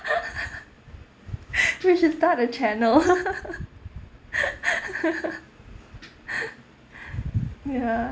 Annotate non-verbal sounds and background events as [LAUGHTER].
[BREATH] [LAUGHS] [BREATH] we should start a channel [LAUGHS] [BREATH] [LAUGHS] [BREATH] ya